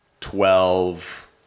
twelve